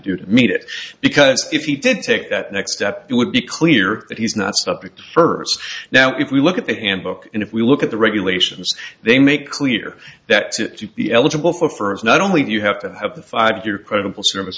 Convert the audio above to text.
do to meet it because if he did take that next step it would be clear that he's not subject first now if we look at the handbook and if we look at the regulations they make clear that to be eligible for for us not only you have to have the five year credible service